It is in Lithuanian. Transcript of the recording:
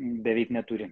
beveik neturi